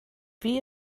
wie